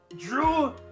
Drew